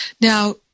Now